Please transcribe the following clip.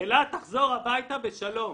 אלה תחזור הביתה בשלום.